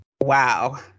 wow